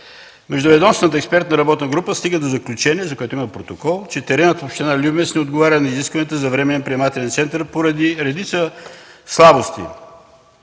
Междуведомствената експерта група стига до заключение, за което има протокол, че теренът в община Любимец не отговаря на изискванията за временен приемателен център поради редица слабости.